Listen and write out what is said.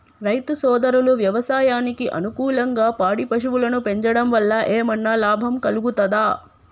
రైతు సోదరులు వ్యవసాయానికి అనుకూలంగా పాడి పశువులను పెంచడం వల్ల ఏమన్నా లాభం కలుగుతదా?